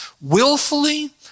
willfully